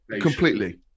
Completely